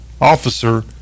officer